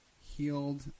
healed